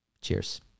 Cheers